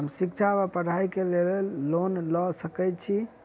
हम शिक्षा वा पढ़ाई केँ लेल लोन लऽ सकै छी?